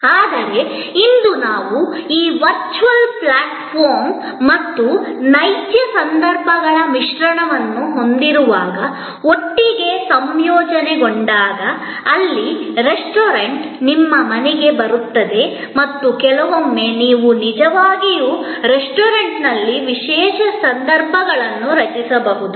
ಆದರೆ ಇಂದು ನಾವು ಈ ವರ್ಚುವಲ್ ಪ್ಲಾಟ್ಫಾರ್ಮ್ ಮತ್ತು ನೈಜ ಸಂದರ್ಭಗಳ ಮಿಶ್ರಣವನ್ನು ಹೊಂದಿರುವಾಗ ಒಟ್ಟಿಗೆ ಸಂಯೋಜನೆಗೊಂಡಾಗ ಅಲ್ಲಿ ರೆಸ್ಟೋರೆಂಟ್ ನಿಮ್ಮ ಮನೆಗೆ ಬರುತ್ತದೆ ಮತ್ತು ಕೆಲವೊಮ್ಮೆ ನೀವು ನಿಜವಾಗಿಯೂ ರೆಸ್ಟೋರೆಂಟ್ನಲ್ಲಿ ವಿಶೇಷ ಸಂದರ್ಭಗಳನ್ನು ರಚಿಸಬಹುದು